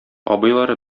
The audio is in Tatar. абыйлары